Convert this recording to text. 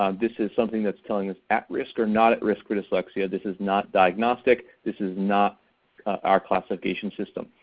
um this is something that's telling us at-risk or not at-risk for dyslexia. this is not diagnostic. this is not our classification system.